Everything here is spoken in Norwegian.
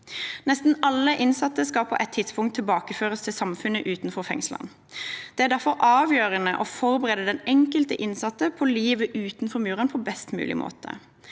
Nesten alle innsatte skal på et tidspunkt tilbakeføres til samfunnet utenfor fengslene. Det er derfor avgjørende å forberede den enkelte innsatte på livet utenfor murene på best mulig måte.